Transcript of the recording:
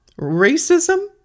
racism